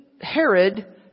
Herod